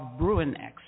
BruinX